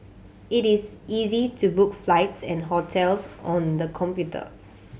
it is easy to book flights and hotels on the computer